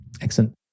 Excellent